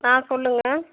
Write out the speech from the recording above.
ஆ சொல்லுங்கள்